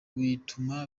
wituma